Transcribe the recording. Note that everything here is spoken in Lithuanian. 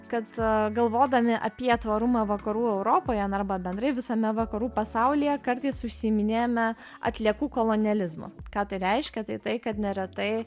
kad galvodami apie tvarumą vakarų europoje na arba bendrai visame vakarų pasaulyje kartais užsiiminėjame atliekų kolonializmu ką tai reiškia tai tai kad neretai